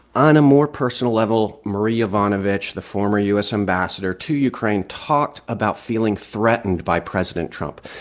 on a more personal level, marie yovanovitch, the former u s. ambassador to ukraine, talked about feeling threatened by president trump.